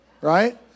Right